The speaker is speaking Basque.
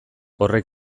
horrek